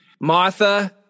Martha